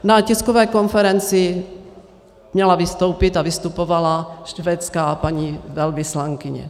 Na tiskové konferenci měla vystoupit a vystupovala švédská paní velvyslankyně.